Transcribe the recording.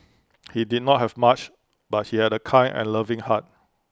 he did not have much but he had A kind and loving heart